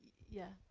yeah,